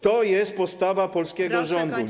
To jest postawa polskiego rządu.